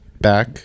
back